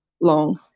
long